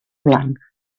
blanc